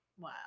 Wow